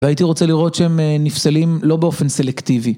והייתי רוצה לראות שהם נפסלים לא באופן סלקטיבי.